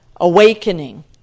awakening